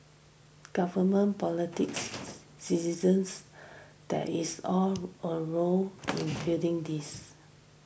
government politics citizens there is all a role in building this